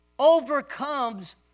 overcomes